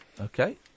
Okay